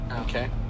Okay